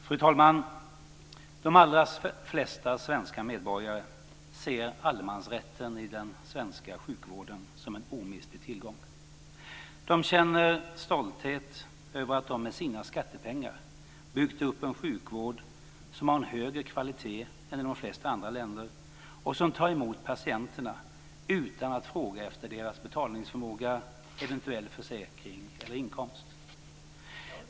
Fru talman! De allra flesta svenska medborgare ser allemansrätten i den svenska sjukvården som en omistlig tillgång. De känner stolthet över att de med sina skattepengar byggt upp en sjukvård som har en högre kvalitet än i de flesta andra länder och som tar emot sina patienter utan att fråga efter deras betalningsförmåga, eventuell försäkring eller inkomst.